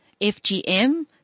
FGM